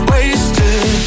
Wasted